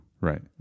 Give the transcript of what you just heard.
right